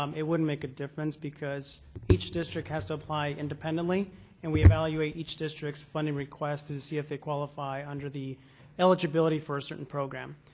um it wouldn't make a difference because each district has to apply independently and we evaluate each district's funding request to see if they qualify under the eligibility for a certain program.